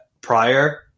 prior